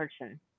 person